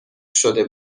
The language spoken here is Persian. شده